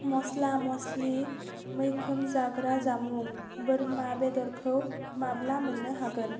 मस्ला मस्लि मैखोम जाग्रा जामुं बोरमा बेदरखौ माब्ला मोननो हागोन